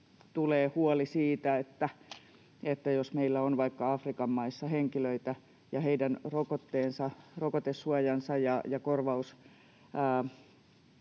tulee huoli siitä, että jos meillä on vaikka Afrikan maissa henkilöitä ja heidän rokotteensa,